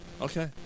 Okay